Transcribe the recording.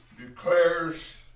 declares